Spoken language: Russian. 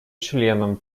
членам